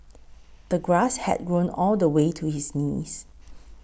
the grass had grown all the way to his knees